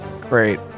Great